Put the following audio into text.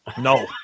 No